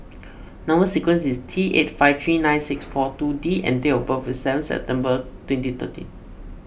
Number Sequence is T eight five three nine six four two D and date of birth is seven September twenty thirteen